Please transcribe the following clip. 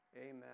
Amen